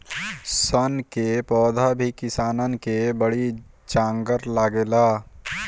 सन कअ पौधा में किसानन कअ बड़ी जांगर लागेला